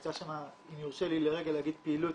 הייתה שם, אם יורשה לי לרגע להגיד, פעילות